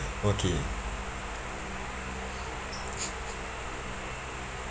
okay